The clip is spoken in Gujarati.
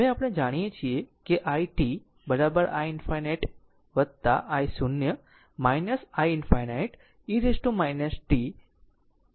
હવે આપણે જાણીએ છીએ કે આ i t i ∞ i0 i ∞ e t tτ